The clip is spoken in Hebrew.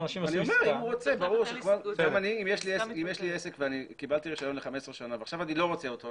אם יש לו עסק וקיבלתי רישיון ל-15 שנים ועכשיו אני לא רוצה אותו,